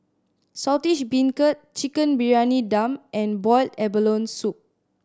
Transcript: Saltish Beancurd Chicken Briyani Dum and boiled abalone soup